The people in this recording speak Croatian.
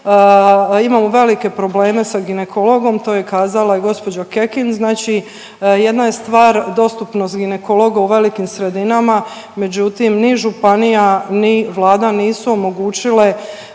imamo velike probleme sa ginekologom to je kazala i gospođa Kekin. Znači jedna je stvar dostupnost ginekologa u velikim sredinama, međutim ni županija ni Vlada nisu omogućile